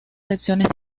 secciones